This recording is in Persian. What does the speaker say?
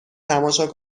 تماشا